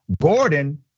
Gordon